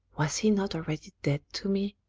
was he not already dead to me?